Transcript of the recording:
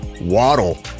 waddle